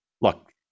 look